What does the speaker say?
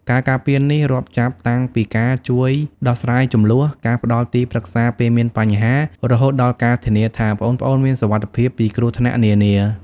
ការការពារនេះរាប់ចាប់តាំងពីការជួយដោះស្រាយជម្លោះ ការផ្ដល់ទីប្រឹក្សាពេលមានបញ្ហា រហូតដល់ការធានាថាប្អូនៗមានសុវត្ថិភាពពីគ្រោះថ្នាក់នានា។